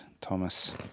Thomas